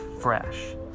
fresh